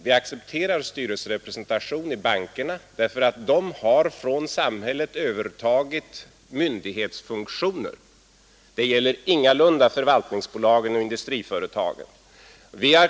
Vi accepterar styrelserepresentation i bankerna därför att dessa från samhället har övertagit myndighetsfunktioner. Det gäller ingalunda förvaltningsbolagen och industriföretagen.